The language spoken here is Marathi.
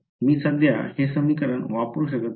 तर मी सध्या हे समीकरण वापरू शकत नाही